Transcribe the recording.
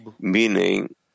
meaning